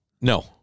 No